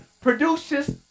produces